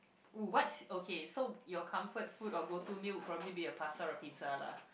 what's okay so your comfort food or go to meal will probably be a Pasta or Pizza lah